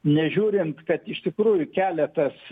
nežiūrint kad iš tikrųjų keletas